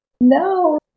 No